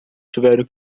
tiveram